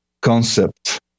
concept